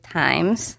times